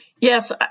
Yes